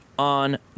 On